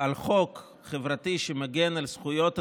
על חוק חברתי שמגן על זכויות הציבור,